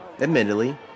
Admittedly